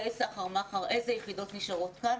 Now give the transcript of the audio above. די סחר מחר- איזה יחידות נשארות כאן,